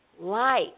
light